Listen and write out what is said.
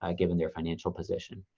ah given their financial position.